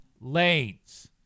lanes